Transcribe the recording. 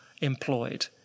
employed